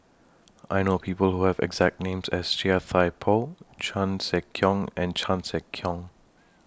I know People Who Have The exact name as Chia Thye Poh Chan Sek Keong and Chan Sek Keong